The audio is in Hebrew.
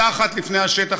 מתחת לפני השטח,